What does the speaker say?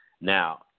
now